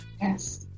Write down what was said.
Yes